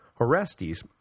Orestes